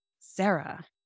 Sarah